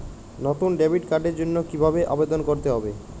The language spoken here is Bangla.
নতুন ডেবিট কার্ডের জন্য কীভাবে আবেদন করতে হবে?